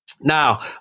Now